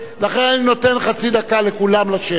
אני נותן חצי דקה לכולם לשבת.